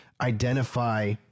identify